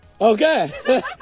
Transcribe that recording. Okay